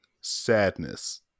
sadness